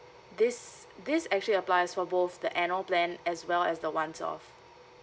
these these actually applies for both the annual plan as well as the one off